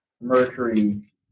mercury